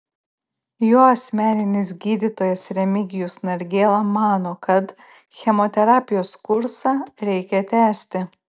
jo asmeninis gydytojas remigijus nargėla mano kad chemoterapijos kursą reikia tęsti